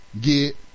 get